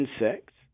insects